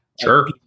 Sure